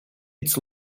its